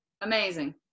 amazing